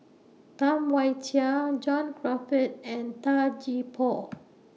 Tam Wai Jia John Crawfurd and Tan Gee Paw